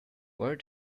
where